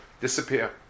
disappear